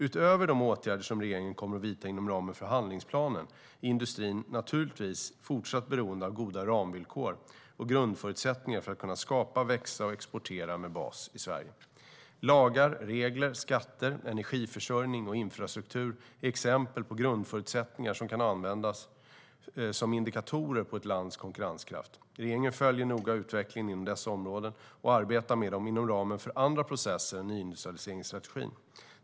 Utöver de åtgärder som regeringen kommer att vidta inom ramen för handlingsplanen är industrin naturligtvis fortsatt beroende av goda ramvillkor och grundförutsättningar för att kunna skapa, växa och exportera med bas i Sverige. Lagar, regler, skatter, energiförsörjning och infrastruktur är exempel på grundförutsättningar som kan användas som indikatorer på ett lands konkurrenskraft. Regeringen följer noga utvecklingen inom dessa områden och arbetar med dem inom ramen för andra processer än nyindustrialiseringsstrategin.